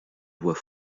voix